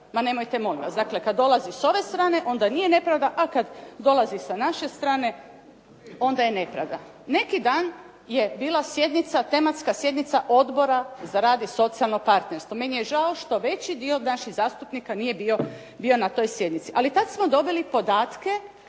Ma nemojte molim vas! Dakle, kad dolazi s one strane onda nije nepravda, a kad dolazi sa naše strane onda je nepravda. Neki dan je bila sjednica, tematska sjednica Odbora za rad i socijalno partnerstvo. Meni je žao što veći dio od naših zastupnika nije bio na toj sjednici. Ali tad smo dobili podatke